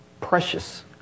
precious